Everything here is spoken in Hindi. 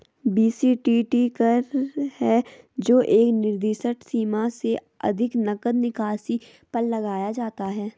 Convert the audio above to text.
बी.सी.टी.टी कर है जो एक निर्दिष्ट सीमा से अधिक नकद निकासी पर लगाया जाता है